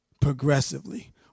Progressively